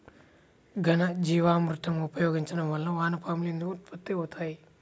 ఘనజీవామృతం ఉపయోగించటం వలన వాన పాములు ఎందుకు ఉత్పత్తి అవుతాయి?